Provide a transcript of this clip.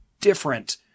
different